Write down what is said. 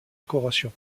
décoration